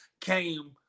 came